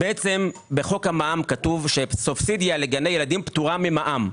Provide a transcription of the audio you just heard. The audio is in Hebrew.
בעצם בחוק המע"מ כתוב שסובסידיה לגני ילדים פטורה ממע"מ.